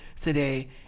today